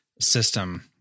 system